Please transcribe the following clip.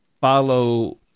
follow